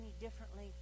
differently